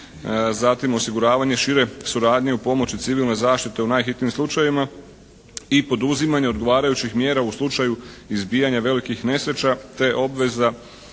Zatim osiguravanje šire suradnje u pomoći civilne zaštite u najhitnijim slučajevima i poduzimanje odgovarajućih mjera u slučaju izbijanja velikih nesreća te obveza